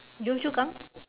Yio-Chu-Kang